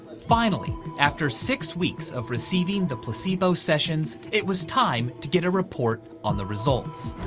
finally, after six weeks of receiving the placebo sessions, it was time to get a report on the results.